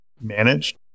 managed